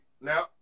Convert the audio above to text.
now